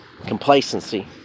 complacency